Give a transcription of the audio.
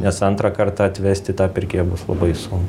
nes antrą kartą atvesti tą pirkėją bus labai sunku